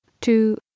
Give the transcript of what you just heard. two